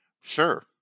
Sure